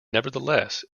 nevertheless